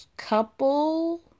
Couple